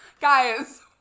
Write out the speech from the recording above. Guys